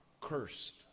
cursed